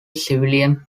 civilian